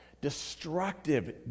destructive